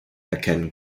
erkennen